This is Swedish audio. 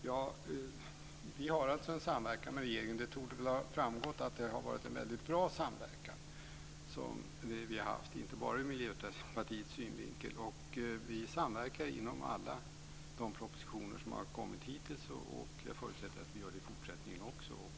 Herr talman! Vi har alltså en samverkan med regeringen. Det torde ha framgått att det har varit en väldigt bra samverkan som vi har haft inte bara ur Miljöpartiets synvinkel. Vi samverkar inom alla de propositioner som har kommit hittills. Jag förutsätter att vi gör det i fortsättningen också.